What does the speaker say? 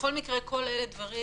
בכל מקרה, כל אלה דברים